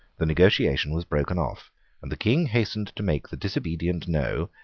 the negotiation was broken off and the king hastened to make the disobedient know,